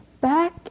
back